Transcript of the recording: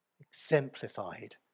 exemplified